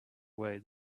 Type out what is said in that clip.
way